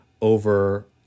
over